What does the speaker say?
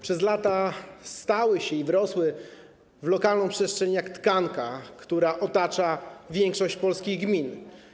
Przez lata wrosły w lokalną przestrzeń jak tkanka, która otacza większość polskich gmin.